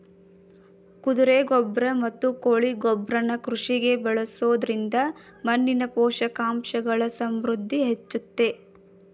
ಕುದುರೆ ಗೊಬ್ರ ಮತ್ತು ಕೋಳಿ ಗೊಬ್ರನ ಕೃಷಿಗೆ ಬಳಸೊದ್ರಿಂದ ಮಣ್ಣಿನ ಪೋಷಕಾಂಶಗಳ ಸಮೃದ್ಧಿ ಹೆಚ್ಚುತ್ತೆ